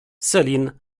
celine